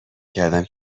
کردم